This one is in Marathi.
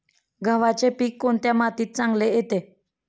गव्हाचे पीक कोणत्या मातीत चांगले येते?